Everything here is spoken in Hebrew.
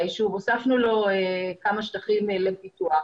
הוספנו לו כמה שטחים לפיתוח.